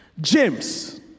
James